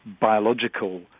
biological